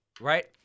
right